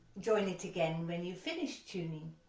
join it again when you finish tuning.